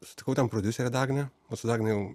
sutikau ten prodiuserę dagnę vat su dagne jau